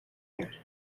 good